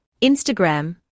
Instagram